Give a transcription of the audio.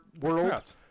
world